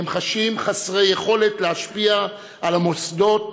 הם חשים חסרי יכולת להשפיע על המוסדות